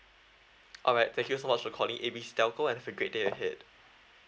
alright thank you so much for calling A B C telco and have a great day ahead